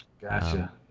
Gotcha